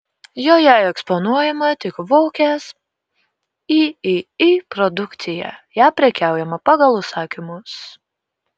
joje eksponuojama tik vokės iii produkcija ja prekiaujama pagal užsakymus